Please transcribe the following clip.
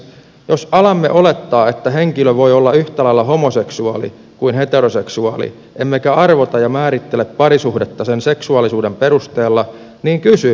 jos alamme olettaa että henkilö voi olla yhtä lailla homoseksuaali kuin heteroseksuaali emmekä arvota ja määrittele parisuhdetta sen seksuaalisuuden perusteella niin kysyn